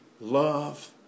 love